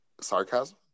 Sarcasm